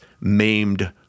Maimed